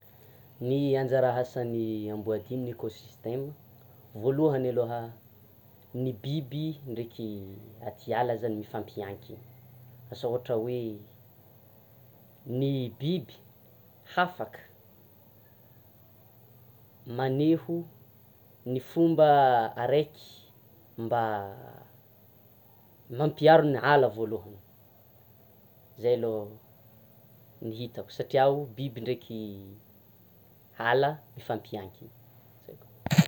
Ny anjara asan'ny amboadia amin'ny ekosistema, voalohany aloha ny biby ndreky atiala zany mifampiankina, asa ohatra hoe ny biby hafaka maneho ny fomba araiky mba hamlpiaro ny ala voalohany; zay aloha ny hitako satriao, biby ndreky ala mifampiankiny.